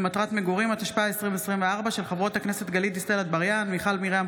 הצעת חוק לתיקון פקודת מס הכנסה (הגדלת מספר התושבים ביישוב